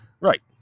Right